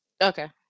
Okay